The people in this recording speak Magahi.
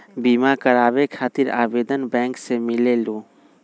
बिमा कराबे खातीर आवेदन बैंक से मिलेलु?